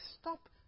stop